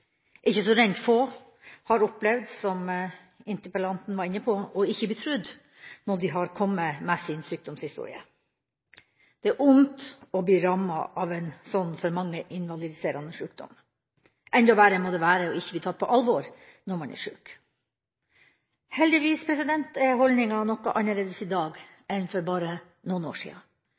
sjukdommer. Ikke så rent få har opplevd – som interpellanten var inne på – ikke å bli trodd når de har kommet med sin sjukdomshistorie. Det er vondt å bli rammet av en sånn for mange invalidiserende sjukdom. Enda verre må det være ikke å bli tatt på alvor når man er sjuk. Heldigvis er holdninga noe annerledes i dag enn for bare noen år